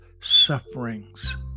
sufferings